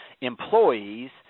employees